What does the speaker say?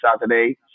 Saturday